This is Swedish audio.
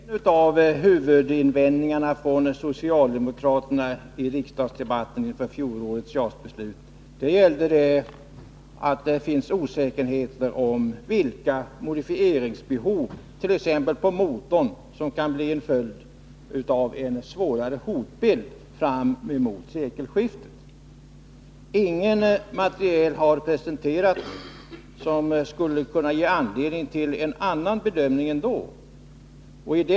Herr talman! En av huvudinvändningarna från socialdemokraterna i riksdagsdebatten inför fjolårets JAS-beslut gällde osäkerheten om vilka modifieringsbehov, t.ex. på motorn, som kan bli en följd av en allvarligare hotbild fram emot sekelskiftet. Inget materiel har presenterats som skulle kunna ge anledning till en annan bedömning än den som då gjordes.